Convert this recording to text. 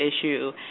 issue